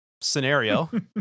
scenario